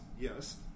Yes